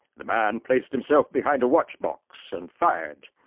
the man placed himself behind a watch-box and fired.